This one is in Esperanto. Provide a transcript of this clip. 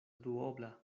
duobla